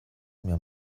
mir